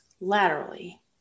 laterally